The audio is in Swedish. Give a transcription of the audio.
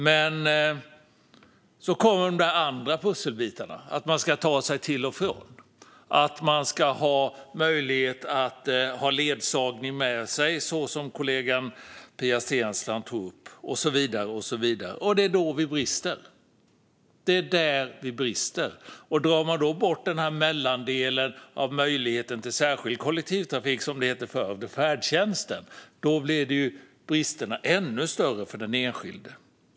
Men så kommer de andra pusselbitarna: att man ska ta sig till och från, att man ska ha möjlighet att ha ledsagning, som kollegan Pia Steensland tog upp, och så vidare. Och det är där vi brister. Drar man då bort mellandelen, möjligheten till särskild kollektivtrafik, som det hette förr, eller färdtjänsten, blir bristerna ännu större för den enskilde.